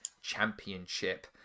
championship